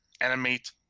animate